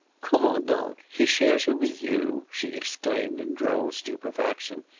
comment donc, he shares her with you? she exclaimed in droll stupefaction.